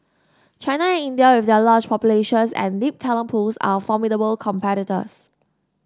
China and India with their large populations and deep talent pools are formidable competitors